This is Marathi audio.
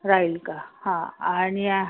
राहील का हां आणि